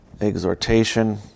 exhortation